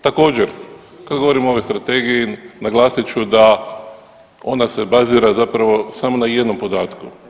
Također kad govorimo o ovoj strategiji naglasit ću da ona se bazira zapravo samo na jednom podatku.